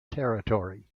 territory